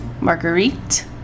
Marguerite